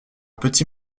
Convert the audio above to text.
petit